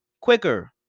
quicker